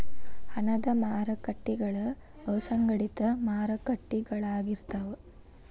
ಹಣದ ಮಾರಕಟ್ಟಿಗಳ ಅಸಂಘಟಿತ ಮಾರಕಟ್ಟಿಗಳಾಗಿರ್ತಾವ